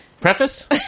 Preface